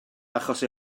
achos